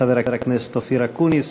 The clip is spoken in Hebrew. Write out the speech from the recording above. חבר הכנסת אופיר אקוניס,